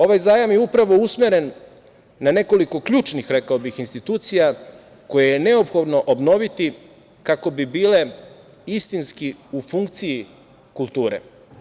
Ovaj zajam je upravo usmeren na nekoliko ključnih, rekao bih, institucija koje je neophodno obnoviti kako bi bile istinski u funkciji kulture.